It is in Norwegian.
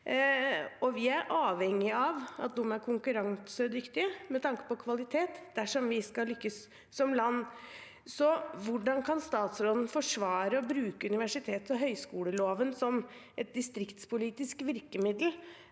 vi er avhengig av at de er konkurransedyktige med tanke på kvalitet, dersom vi skal lykkes som land. Hvordan kan statsråden forsvare å bruke universitets- og høyskoleloven som et distriktspolitisk virkemiddel